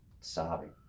sobbing